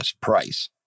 price